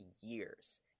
years